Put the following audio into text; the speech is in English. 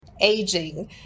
aging